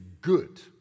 good